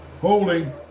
Holding